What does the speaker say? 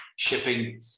shipping